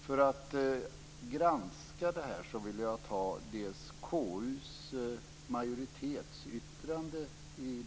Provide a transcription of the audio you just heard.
För att granska detta tog jag KU:s majoritetsyttrande i